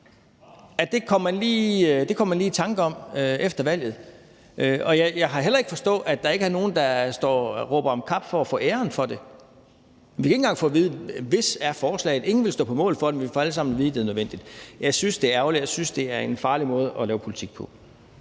det kommer man lige i tanker om efter valget. Og jeg kan heller ikke forstå, at der ikke er nogen, der råber om kap for at få æren for det. Vi kan ikke engang få at vide, hvis forslaget er – ingen vil stå på mål for det – men vi får alle sammen at vide, at det er nødvendigt. Jeg synes, det er ærgerligt, og jeg synes, det er en farlig måde at lave politik på.